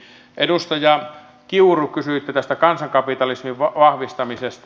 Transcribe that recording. edustaja kiuru kysyitte tästä kansankapitalismin vahvistamisesta